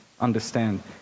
understand